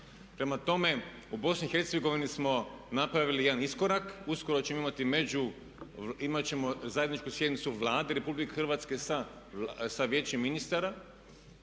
Prema tome, u BiH smo napravili jedan iskorak. Uskoro ćemo imati zajedničku sjednicu Vlade Republike Hrvatske sa Vijećem ministara,